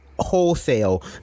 Wholesale